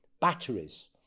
Batteries